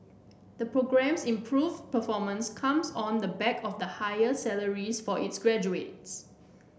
the programme's improved performance comes on the back of higher salaries for its graduates